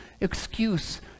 excuse